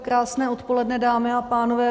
Krásné odpoledne, dámy a pánové.